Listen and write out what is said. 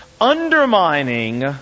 undermining